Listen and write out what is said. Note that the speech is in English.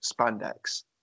spandex